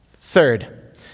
Third